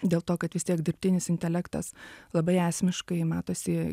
dėl to kad vis tiek dirbtinis intelektas labai esmiškai matosi